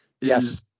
yes